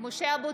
(קוראת בשמות חברי הכנסת) משה אבוטבול,